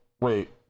wait